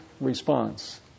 response